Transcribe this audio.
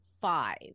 five